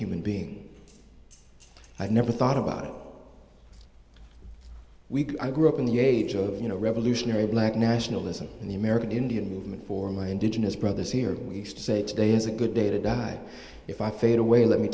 human being i never thought about it we grew up in the age of you know revolutionary black nationalism and the american indian movement for my indigenous brothers here we say today is a good data died if i fade away let me